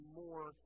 more